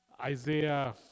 Isaiah